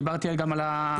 דיברתי על --- לדוגמה,